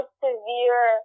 severe